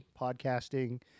podcasting